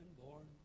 born